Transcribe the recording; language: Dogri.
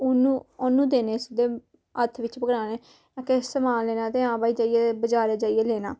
ओनु ओनु देने सिद्धे हत्थ बिच्च पकड़ाने किश समान लैना ते हां भई जाइयै बजार जाइयै लैना